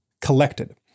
collected